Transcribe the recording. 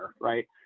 right